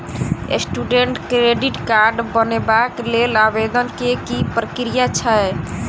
Student credit card बनेबाक लेल आवेदन केँ की प्रक्रिया छै?